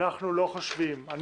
אני לא חושב,